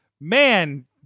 man